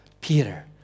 Peter